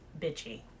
bitchy